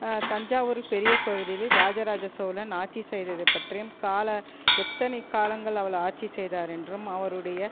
தஞ்சாவூரு பெரிய கோவிலில் ராஜ ராஜ சோழன் ஆட்சி செய்ததை பற்றியும் கால எத்தனை காலங்கள் அவள் ஆட்சி செய்தார் என்றும் அவருடைய